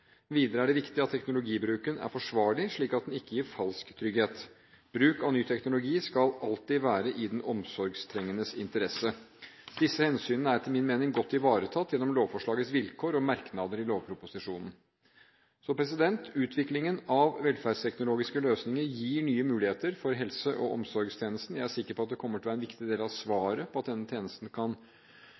Videre er det viktig at teknologibruken er forsvarlig, slik at den ikke gir falsk trygghet. Bruk av ny teknologi skal alltid være i den omsorgsstrengendes interesse. Disse hensynene er, etter min mening, godt ivaretatt gjennom lovforslagets vilkår og merknader i lovproposisjonen. Utviklingen av velferdsteknologiske løsninger gir nye muligheter for helse- og omsorgstjenesten, og jeg er sikker på at det kommer til å være en viktig del av svaret på hvordan denne tjenesten kan